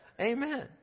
Amen